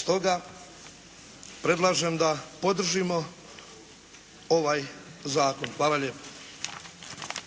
Stoga predlažem da podržimo ovaj zakon. Hvala lijepa.